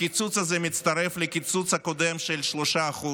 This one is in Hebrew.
הקיצוץ הזה מצטרף לקיצוץ הקודם של 3%,